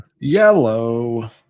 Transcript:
Yellow